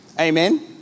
Amen